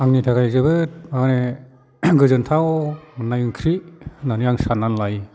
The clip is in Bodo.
आंनि थाखाय जोबोद माने गोजोन्थाव मोननाय ओंख्रि होननानै आं साननानै लायो